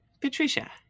Patricia